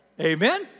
Amen